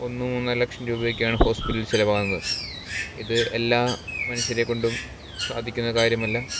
ഒന്ന് മൂന്നര ലക്ഷം രൂപ ഒക്കെയാണ് ഹോസ്പിറ്റലില് ചിലവാകുന്നത് ഇത് എല്ലാ മനുഷ്യരെ കൊണ്ടും സാധിക്കുന്ന കാര്യമല്ല